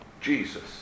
Jesus